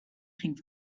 ging